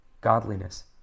godliness